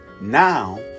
Now